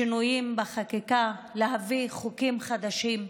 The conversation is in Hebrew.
שינויים בחקיקה, להביא חוקים חדשים,